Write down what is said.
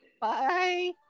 Bye